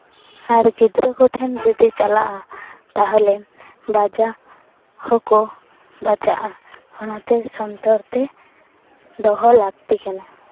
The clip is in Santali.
ᱟᱨ ᱜᱤᱫᱽᱨᱟᱹ ᱠᱚᱴᱷᱮᱱ ᱡᱩᱫᱤ ᱪᱟᱞᱟᱜᱼᱟ ᱛᱟᱦᱚᱞᱮ ᱵᱟᱡᱟ ᱦᱚᱸᱠᱚ ᱵᱟᱡᱟᱜᱼᱟ ᱚᱱᱟᱛᱮ ᱥᱚᱱᱛᱚᱨ ᱛᱮ ᱫᱚᱦᱚ ᱞᱟᱹᱠᱛᱤ ᱠᱟᱱᱟ